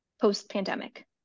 post-pandemic